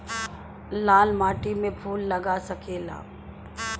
लाल माटी में फूल लाग सकेला?